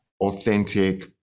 authentic